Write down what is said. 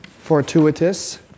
fortuitous